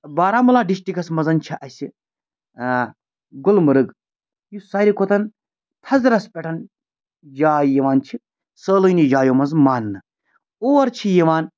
Baramulla districts منٛز چھِ اَسہِ گُلمٔرٕگ یُس ساروی کھۄتہٕ تھَزرَس پٮ۪ٹھ جاے یِوان چھِ سٲلٲنی جایو منٛز مانٛنہٕ اور چھِ یِوان